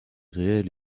réel